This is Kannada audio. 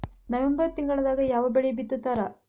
ನವೆಂಬರ್ ತಿಂಗಳದಾಗ ಯಾವ ಬೆಳಿ ಬಿತ್ತತಾರ?